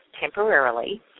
temporarily